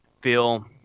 feel